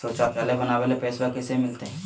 शौचालय बनावे ले पैसबा कैसे मिलते?